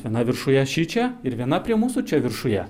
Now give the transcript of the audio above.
viena viršuje šičia ir viena prie mūsų čia viršuje